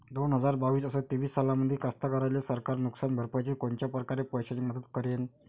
दोन हजार बावीस अस तेवीस सालामंदी कास्तकाराइले सरकार नुकसान भरपाईची कोनच्या परकारे पैशाची मदत करेन?